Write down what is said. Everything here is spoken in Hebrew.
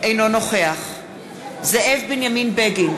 אינו נוכח זאב בנימין בגין,